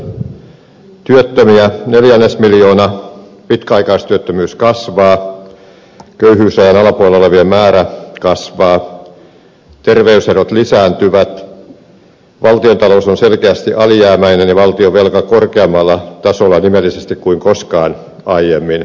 työttömiä neljännesmiljoona pitkäaikaistyöttömyys kasvaa köyhyysrajan alapuolella olevien määrä kasvaa terveyserot lisääntyvät valtiontalous on selkeästi alijäämäinen ja valtionvelka nimellisesti korkeammalla tasolla kuin koskaan aiemmin